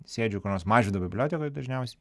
sėdžiu kur nors mažvydo bibliotekoj dažniausiai